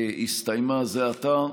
הסתיימה זה עתה,